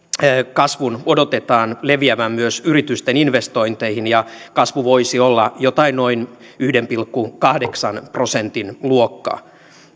kasvun odotetaan leviävän myös yritysten investointeihin ja kasvu voisi olla jotain noin yhden pilkku kahdeksan prosentin luokkaa